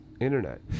internet